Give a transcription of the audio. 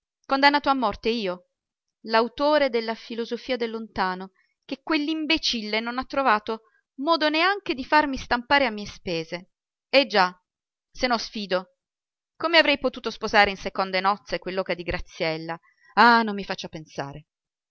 condannato a morte io l'autore della filosofia del lontano che quell'imbecille non ha trovato modo neanche di farmi stampare a mie spese eh già se no sfido come avrei potuto sposare in seconde nozze quell'oca di graziella ah non mi faccia pensare